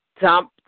dump